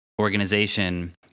organization